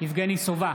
יבגני סובה,